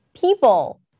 people